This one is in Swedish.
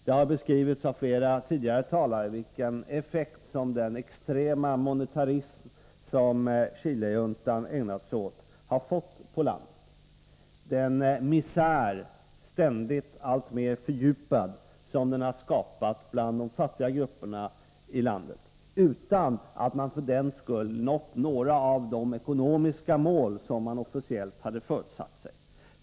Det har beskrivits av flera tidigare talare vilken effekt den extrema monetarism som Chilejuntan ägnat sig åt har fått på landet, vilken misär den har skapat bland de fattiga grupperna i landet utan att man för den skull nått några av de ekonomiska mål som man officiellt hade satt upp.